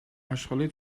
آشغالای